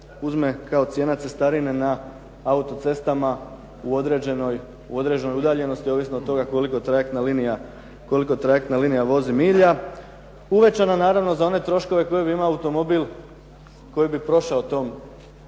uzme kao cijena cestarine na autocestama u određenoj udaljenosti ovisno od toga koliko trajektna linija vozi milja. Uvećana naravno za one troškove koje bi imao automobil koji bi prošao tom,